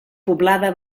poblada